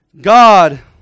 God